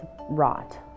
rot